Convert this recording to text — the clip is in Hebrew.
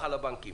כל אבטחת המידע,